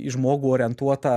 į žmogų orientuotą